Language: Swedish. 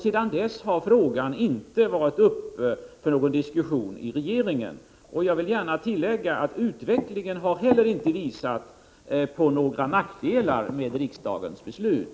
Sedan dess har frågan inte varit uppe för någon diskussion i regeringen. Och jag vill gärna tillägga att utvecklingen inte heller har visat på några nackdelar med riksdagens beslut.